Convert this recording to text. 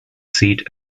seat